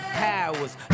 powers